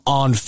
on